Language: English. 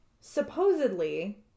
supposedly